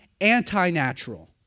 anti-natural